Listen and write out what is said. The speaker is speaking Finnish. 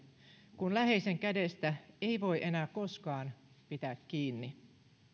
kun läheisen kädestä ei voi enää koskaan pitää kiinni